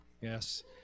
Yes